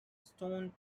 stone